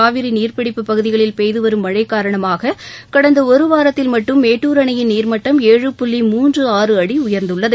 காவிரி நீர்ப்பிடிப்புப் பகுதிகளில் பெய்து வரும் மழை காரணமாக கடந்த ஒருவாரத்தில் மட்டும் மேட்டூர் அணையின் நீர்மட்டம் ஏழு புள்ளி மூன்று ஆறு அடி உயர்ந்துள்ளது